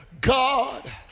God